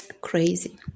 crazy